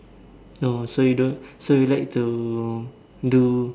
no so you don't so you like to do